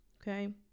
Okay